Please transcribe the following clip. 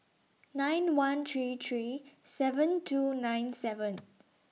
nine one three three seven two nine seven